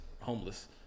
homeless